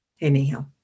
Anyhow